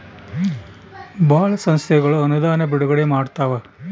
ಭಾಳ ಸಂಸ್ಥೆಗಳು ಅನುದಾನ ಬಿಡುಗಡೆ ಮಾಡ್ತವ